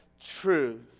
truth